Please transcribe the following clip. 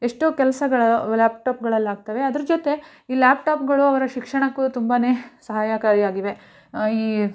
ಎಷ್ಟೋ ಕೆಲಸಗಳು ಲ್ಯಾಪ್ಟಾಪ್ಗಳಲ್ಲಾಗ್ತವೆ ಅದ್ರ ಜೊತೆ ಈ ಲ್ಯಾಪ್ಟಾಪ್ಗಳು ಅವರ ಶಿಕ್ಷಣಕ್ಕೂ ತುಂಬಾ ಸಹಾಯಕಾರಿಯಾಗಿವೆ ಈ